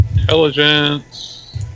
Intelligence